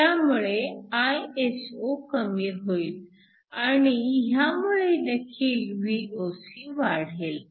त्यामुळे Iso कमी होईल आणि ह्यामुळे देखील Voc वाढेल